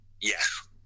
yes